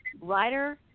writer